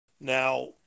now